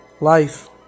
life